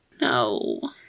No